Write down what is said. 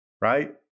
Right